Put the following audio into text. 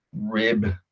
rib